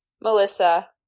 Melissa